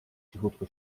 cichutko